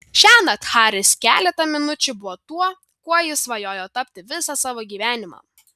šiąnakt haris keletą minučių buvo tuo kuo jis svajojo tapti visą savo gyvenimą